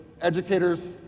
educators